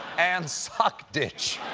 and sock ditch.